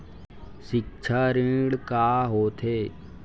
सिक्छा ऋण का होथे?